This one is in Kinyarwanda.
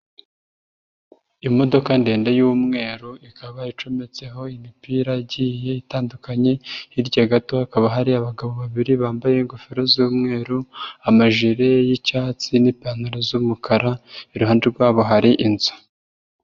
Imodoka ndende y'umweru ikaba icometseho imipira igiye itandukanye hirya gato hakaba hari abagabo babiri bambaye ingofero z'umweru, amajire y'icyatsi n'ipantaro z'umukara, iruhande rwabo hari inzu.